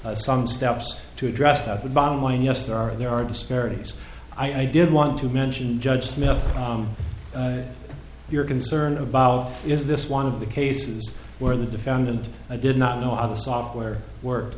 some steps to address that the bottom line yes there are there are disparities i did want to mention judge smith you're concerned about is this one of the cases where the defendant did not know of the software work